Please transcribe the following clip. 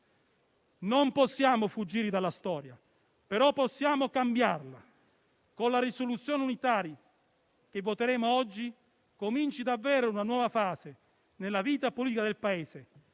Non possiamo fuggire dalla storia ma possiamo cambiarla. Con la risoluzione unitaria che voteremo oggi cominci davvero una nuova fase nella vita politica del Paese,